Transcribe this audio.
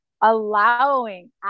allowing